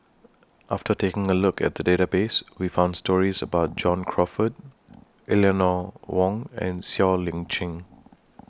after taking A Look At The Database We found stories about John Crawfurd Eleanor Wong and Siow Lee Chin